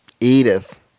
Edith